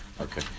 Okay